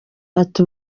ati